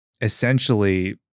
essentially